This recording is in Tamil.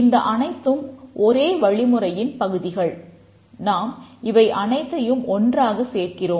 இந்த அனைத்து ஒரே வழிமுறையின் பகுதிகள் நாம் இவை அனைத்தையும் ஒன்றாகச் சேர்க்கிறோம்